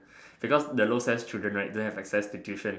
because the low S_E_S children right don't have access to tuition